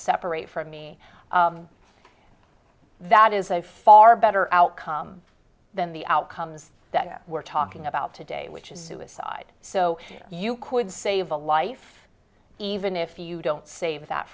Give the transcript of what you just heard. separate from me that is a far better outcome than the outcomes that we're talking about today which is suicide so you could save a life even if you don't save that